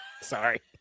Sorry